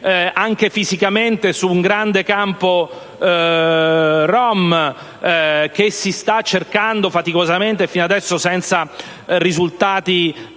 anche fisicamente su un grande campo rom, e che si sta cercando faticosamente di risanare, finora senza risultati